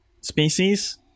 species